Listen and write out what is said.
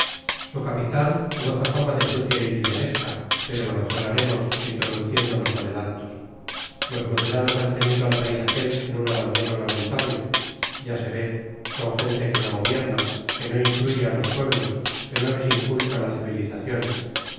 su capital goza fama de sucia y villanesca pero la mejoraremos introduciendo los adelantos los moderados han tenido al país aquel en un abandono lamentable ya se ve son gente que no gobierna que no instruye a los pueblos que no les inculca la civilización